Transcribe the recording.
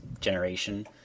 generation